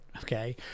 Okay